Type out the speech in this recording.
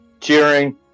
Cheering